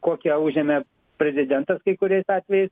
kokią užėmė prezidentas kai kuriais atvejais